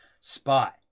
Spot